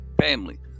family